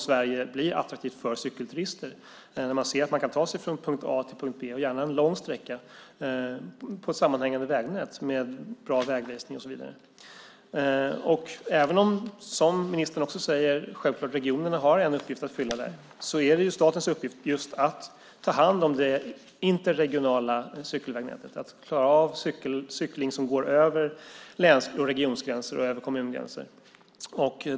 Sverige blir attraktivt för cykelturister först när man ser att man kan ta sig från punkt A till punkt B och gärna en lång sträcka i ett sammanhängande vägnät med bra vägvisning och så vidare. Även om regionerna självklart, som ministern säger, har en uppgift att fylla i sammanhanget är det statens uppgift att ta hand om det interregionala cykelvägnätet, att klara av cykling över läns-, region och kommungränser.